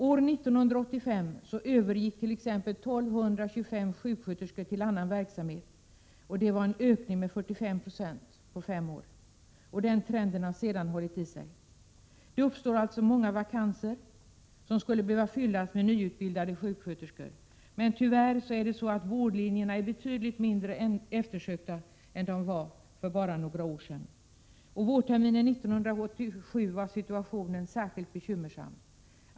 År 1985 övergick t.ex. 1 225 sjuksköterskor till annan verksamhet. Det var en ökning med 45 90 på fem år. Den trenden har sedan hållit i sig. Det uppstår alltså många vakanser som skulle behöva fyllas med nyutbildade sjuksköterskor. Men det är tyvärr så, att vårdlinjerna nu är betydligt mindre eftersökta än de var för bara några år sedan. På vårterminen 1987 var situationen särskilt bekymmersam.